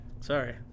sorry